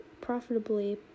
profitably